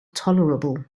tolerable